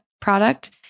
product